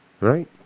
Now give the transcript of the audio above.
right